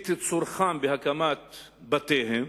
את צורכם בהקמת בתיהם,